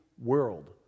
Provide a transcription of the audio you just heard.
world